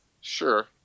Sure